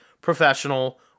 professional